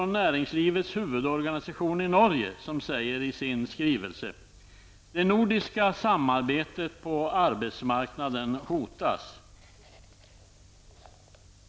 Näringslivets huvudorganisation i Norge säger i sin skrivelse: ''Det nordiska samarbetet på arbetsmarknaden hotas''.